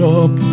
up